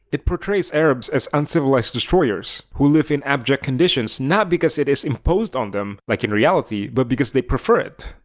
it portrays arabs as uncivilized destroyers who live in abject conditions not because it is imposed on them, like in reality, but because they prefer it.